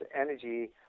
energy